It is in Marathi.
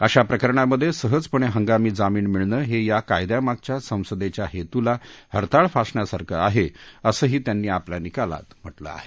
अशा प्रकरणांमध्ये सहजपणे हंगामी जामीन मिळणं हे या कायदयामागच्या संसदेच्या हेतूला हरताळ फासण्यासारखं आहे असंही त्यांनी आपल्या निकालात म्हटलं आहे